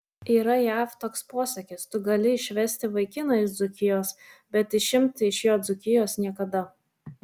yra jav toks posakis tu gali išvesti vaikiną iš dzūkijos bet išimti iš jo dzūkijos niekada